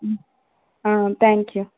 thank you